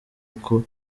uko